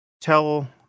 Tell